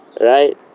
Right